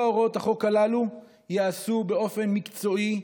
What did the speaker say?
הוראות החוק הללו ייעשו באופן מקצועי,